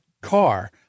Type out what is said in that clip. car